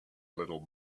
little